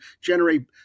generate